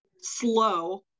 slow